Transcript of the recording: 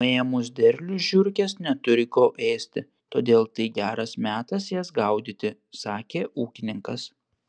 nuėmus derlių žiurkės neturi ko ėsti todėl tai geras metas jas gaudyti sakė ūkininkas